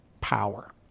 power